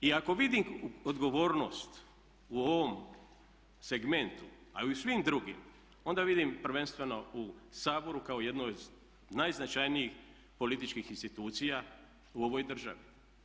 I ako vidi odgovornost u ovom segmentu, a i u svim drugim, onda vidim prvenstveno u Saboru kao jednoj od najznačajnijih političkih institucija u ovoj državi.